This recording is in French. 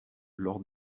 lors